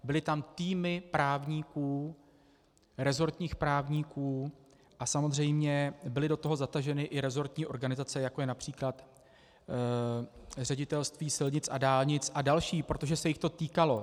Byly tam týmy resortních právníků a samozřejmě byly do toho zataženy i resortní organizace, jako je například Ředitelství silnic a dálnic a další, protože se jich to týkalo.